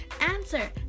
answer